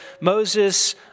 Moses